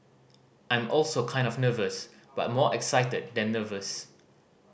I'm also kind of nervous but more excited than nervous